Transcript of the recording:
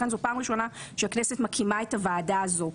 לכן זו פעם ראשונה שהכנסת מקימה את הוועדה הזו.